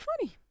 funny